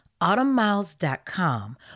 autumnmiles.com